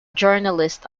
journalist